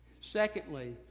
secondly